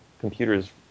computer's